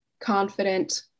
confident